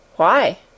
Why